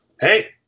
hey